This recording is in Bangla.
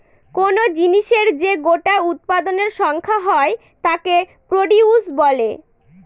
কোন জিনিসের যে গোটা উৎপাদনের সংখ্যা হয় তাকে প্রডিউস বলে